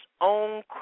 own